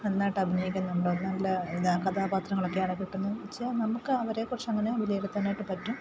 നന്നായിട്ട് അഭിനയിക്കുന്നുണ്ടൊ നല്ല ഇതാ കഥാപാത്രങ്ങളൊക്കെ ആണൊ കിട്ടുന്നത് വെച്ചാൽ നമുക്ക് അവരെക്കുറിച്ച് അങ്ങനെ വിലയിരുത്താനായിട്ടു പറ്റും